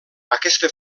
aquesta